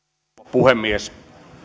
puhemies